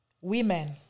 Women